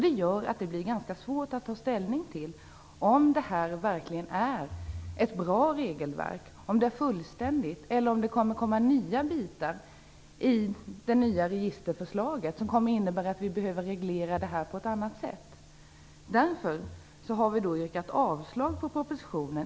Detta gör att det blir ganska svårt att ta ställning till om detta verkligen är ett bra regelverk. Är det fullständigt? Eller kommer det nya bitar i det nya registerförslaget som innebär att vi behöver reglera detta på ett annat sätt? På grund av detta har Vänsterpartiet yrkat avslag på propositionen.